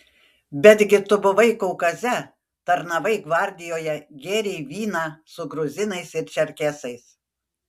betgi tu buvai kaukaze tarnavai gvardijoje gėrei vyną su gruzinais ir čerkesais